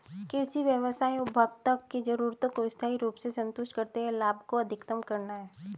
कृषि व्यवसाय उपभोक्ताओं की जरूरतों को स्थायी रूप से संतुष्ट करते हुए लाभ को अधिकतम करना है